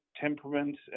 temperament